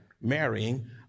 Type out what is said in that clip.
marrying